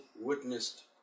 witnessed